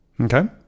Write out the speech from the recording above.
Okay